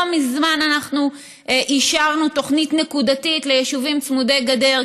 לא מזמן אנחנו אישרנו תוכנית נקודתית ליישובים צמודי גדר,